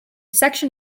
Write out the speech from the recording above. section